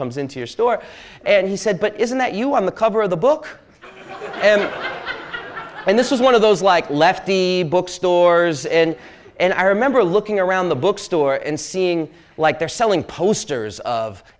comes into your store and he said but isn't that you on the cover of the book and this is one of those like lefty bookstores and and i remember looking around the bookstore and seeing like they're selling posters of